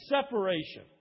separation